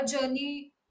journey